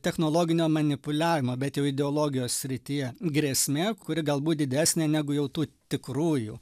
technologinio manipuliavimo bet jau ideologijos srityje grėsmė kuri galbūt didesnė negu jau tų tikrųjų